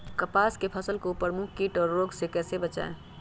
कपास की फसल को प्रमुख कीट और रोग से कैसे बचाएं?